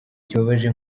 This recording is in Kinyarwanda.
kibabaje